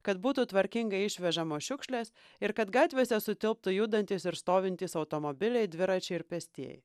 kad būtų tvarkingai išvežamos šiukšlės ir kad gatvėse sutilptų judantys ir stovintys automobiliai dviračiai ir pėstieji